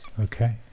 Okay